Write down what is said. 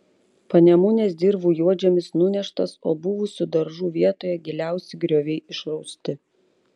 panemunės dirvų juodžemis nuneštas o buvusių daržų vietoje giliausi grioviai išrausti